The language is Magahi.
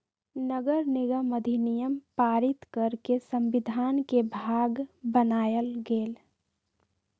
नगरनिगम अधिनियम पारित कऽ के संविधान के भाग बनायल गेल